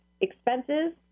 expenses